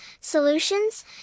Solutions